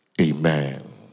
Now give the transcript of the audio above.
amen